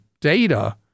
data